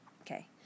Okay